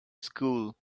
school